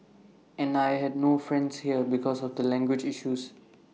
and I had no friends here because of the language issues